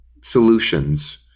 solutions